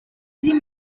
ddim